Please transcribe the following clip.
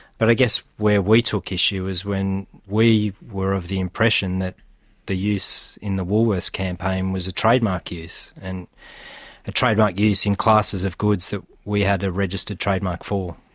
but i guess where we took issue was when we were of the impression that the use in the woolworths campaign was a trademark use, and the trademark use in classes of goods that we had the registered trademark for.